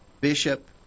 bishop